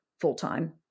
full-time